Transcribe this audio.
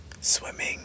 Swimming